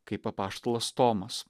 kaip apaštalas tomas